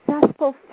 successful